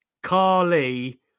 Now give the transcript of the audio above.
carly